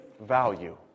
value